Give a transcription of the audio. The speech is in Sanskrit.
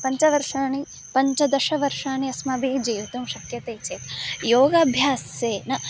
पञ्चवर्षाणि पञ्चदशवर्षाणि अस्माभिः जीवितुं शक्यते चेत् योगाभ्यासेन